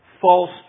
False